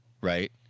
right